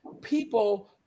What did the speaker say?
people